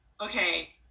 Okay